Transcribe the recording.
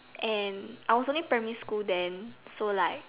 and I was only primary school then so like